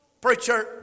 Preacher